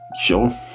sure